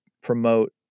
promote